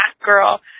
girl